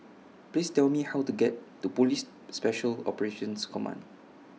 Please Tell Me How to get to Police Special Operations Command